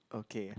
okay